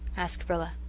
asked rilla.